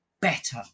better